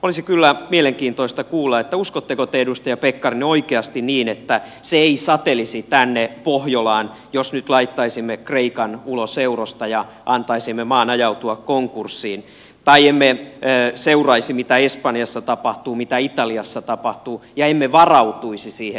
olisi kyllä mielenkiintoista kuulla uskotteko te edustaja pekkarinen oikeasti niin että se ei satelisi tänne pohjolaan jos nyt laittaisimme kreikan ulos eurosta ja antaisimme maan ajautua konkurssiin tai emme seuraisi mitä espanjassa tapahtuu mitä italiassa tapahtuu ja emme varautuisi siihen